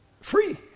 free